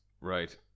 Right